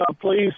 please